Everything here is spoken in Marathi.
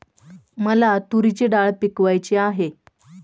मला तूरीची डाळ पिकवायची आहे